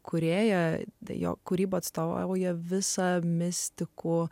kūrėją jo kūryba atstovauja visa mistikų